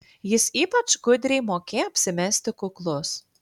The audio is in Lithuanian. jis ypač gudriai mokėjo apsimesti kuklus